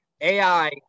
AI